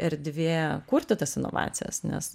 erdvė kurti tas inovacijas nes